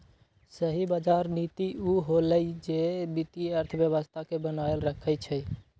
सही बजार नीति उ होअलई जे वित्तीय अर्थव्यवस्था के बनाएल रखई छई